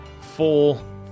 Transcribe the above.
full